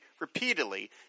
repeatedly